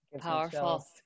Powerful